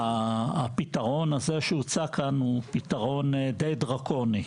שהפתרון הזה שהוצע כאן, הוא פתרון די דרקוני.